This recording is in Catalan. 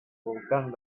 voltant